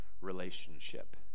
relationship